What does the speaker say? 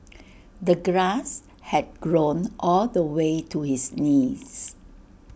the grass had grown all the way to his knees